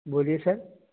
بولیے سر